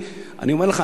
אני אומר לך,